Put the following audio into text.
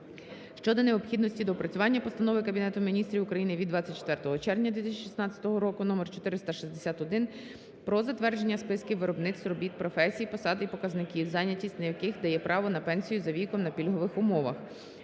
щодо необхідності доопрацювання Постанови Кабінету Міністрів України від 24 червня 2016 року № 461 "Про затвердження списків виробництв, робіт, професій, посад і показників, зайнятість в яких дає право на пенсію за віком на пільгових умовах".